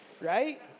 right